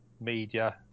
media